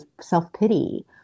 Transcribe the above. self-pity